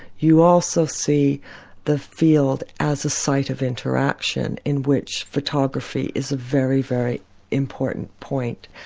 you also see the field as a site of interaction in which photography is a very, very important point.